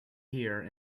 here